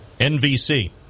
NVC